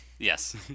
Yes